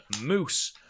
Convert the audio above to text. Moose